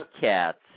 cats